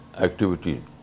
activity